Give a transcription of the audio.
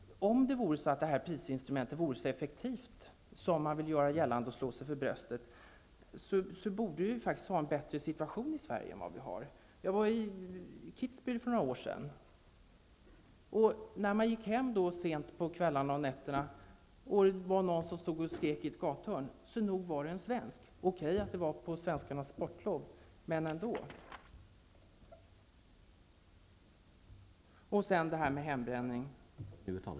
Om prisinstrumentet vore så effektivt som man vill göra gällande, och slår sig för bröstet för, borde vi i Sverige ha en bättre situation än vad vi faktiskt har. Jag var i Kitzbühel för några år sedan. När man gick hem sent på kvällarna och nätterna, och det var någon som stod och skrek i ett gathörn, så nog var det en svensk. Okej, det var på svenskarnas sportlov, men ändå. Sedan till detta med hembränning.